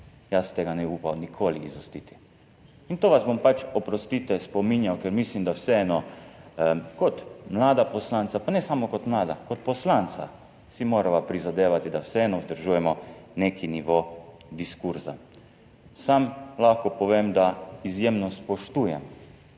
jaz tega ne bi upal nikoli izustiti. To vas bom pač, oprostite, spominjal, ker mislim, da vseeno kot mlada poslanca, pa ne samo kot mlada, kot poslanca si morava prizadevati, da vseeno vzdržujemo nek nivo diskurza. Sam lahko povem, da izjemno spoštujem